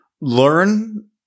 learn